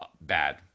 bad